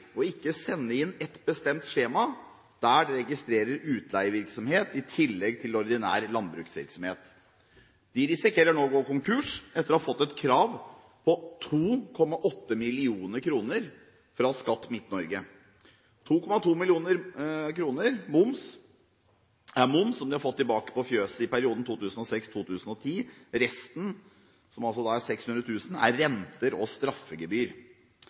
ved ikke å sende inn et bestemt skjema der det registreres utleievirksomhet i tillegg til ordinær landbruksvirksomhet. De risikerer nå å gå konkurs, etter å ha fått et krav på 2,8 mill. kr fra Skatt Midt-Norge. 2,2 mill. kr er moms, som de har fått tilbake i forbindelse med fjøset i perioden 2006–2010. Resten, som altså da er 600 000 kr, er renter og straffegebyr.